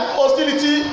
hostility